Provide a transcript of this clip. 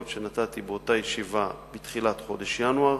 שנתתי באותה ישיבה בתחילת חודש ינואר,